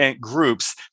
groups